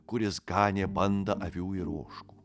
kuris ganė bandą avių ir ožkų